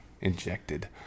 Injected